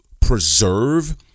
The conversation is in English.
preserve